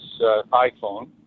iPhone